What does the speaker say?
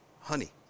honey